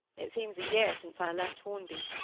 it seems a year since i left hornby.